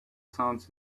sounds